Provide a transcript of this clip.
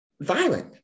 violent